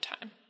time